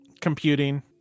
Computing